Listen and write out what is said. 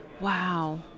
Wow